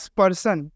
person